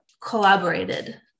collaborated